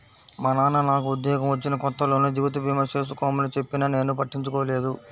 మా నాన్న నాకు ఉద్యోగం వచ్చిన కొత్తలోనే జీవిత భీమా చేసుకోమని చెప్పినా నేను పట్టించుకోలేదు